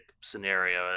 scenario